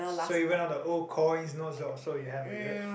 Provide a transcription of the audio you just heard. so even all the old coins notes also you have is it